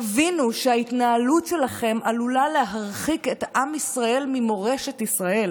תבינו שההתנהלות שלכם עלולה להרחיק את עם ישראל ממורשת ישראל.